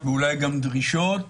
ואולי גם דרישות